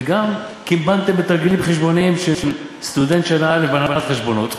וגם אם קימבנתם בתרגילים חשבוניים של סטודנט שנה א' בהנהלת חשבונות,